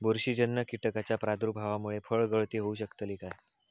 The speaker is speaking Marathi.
बुरशीजन्य कीटकाच्या प्रादुर्भावामूळे फळगळती होऊ शकतली काय?